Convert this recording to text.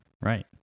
Right